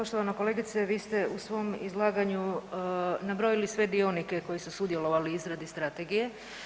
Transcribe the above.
Poštovana kolegice, vi ste u svom izlaganju nabrojili sve dionike koji su sudjelovali u izradi strategije.